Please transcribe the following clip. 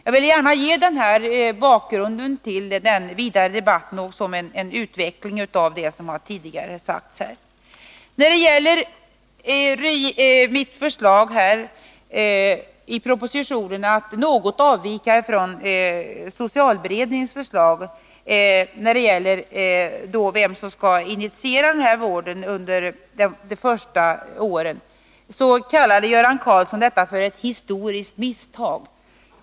Jag ville gärna ge den här bakgrunden till den vidare debatten och som en utveckling av det som tidigare sagts. Beträffande mitt förslag i propositionen att något avvika från socialberedningens förslag rörande vem som skall initiera vården under det första året, kallade Göran Karlsson det för ett historiskt misstag.